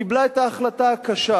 קיבלה את ההחלטה הקשה